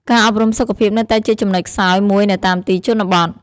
ការអប់រំសុខភាពនៅតែជាចំណុចខ្សោយមួយនៅតាមទីជនបទ។